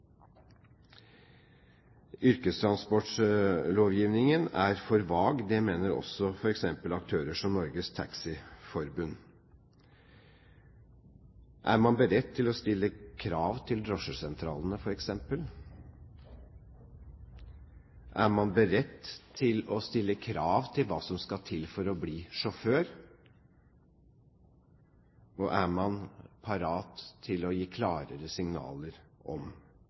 Yrkestransportlovgivningen er for vag, det mener også f.eks. aktører som Norges Taxiforbund. Er man beredt til å stille krav til drosjesentralene, f.eks.? Er man beredt til å stille krav til hva som skal til for å bli sjåfør? Og er man parat til å gi klarere signaler om